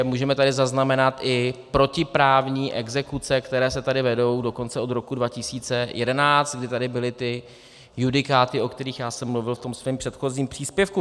Můžeme tady zaznamenat i protiprávní exekuce, které se tady vedou dokonce od roku 2011, kdy tady byly ty judikáty, o kterých já jsem mluvil ve svém předchozím příspěvku.